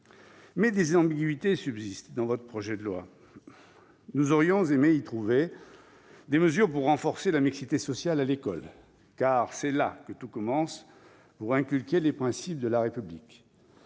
des ambiguïtés subsistent dans votre projet de loi. Nous aurions aimé y trouver des mesures pour renforcer la mixité sociale à l'école, car c'est là que tout commence pour inculquer les principes de la République.